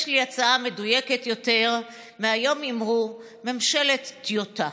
יש לי הצעה מדויקת יותר, מהיום אמרו: ממשלת טיוטה.